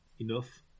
enough